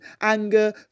anger